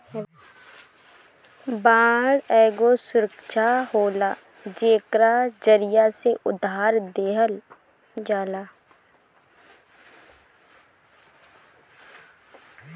bond एगो सुरक्षा होला जेकरा जरिया से उधार देहल जाला